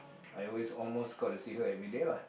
I always get to see her every day lah